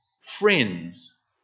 friends